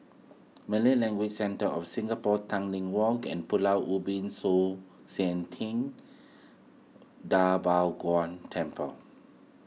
Malay Language Centre of Singapore Tanglin Walk and Pulau Ubin Shan Ting Da Bo Gong Temple